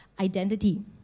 identity